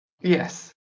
Yes